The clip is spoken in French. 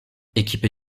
équipé